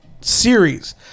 series